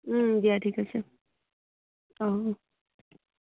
দিয়া ঠিক আছে অ' অ'